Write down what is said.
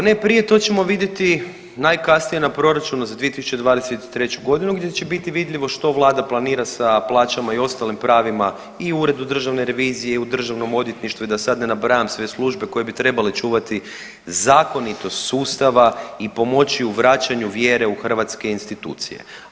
Pa ako ne prije to ćemo vidjeti najkasnije na proračunu za 2023. godinu gdje će biti vidljivo što Vlada planira sa plaćama i ostalim pravima i Uredu državne revizije i u Državnom odvjetništvu, da sad ne nabrajam sve službe koje bi trebale čuvati zakonitost sustava i pomoći u vraćanju vjere u hrvatske institucije.